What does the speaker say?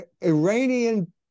iranian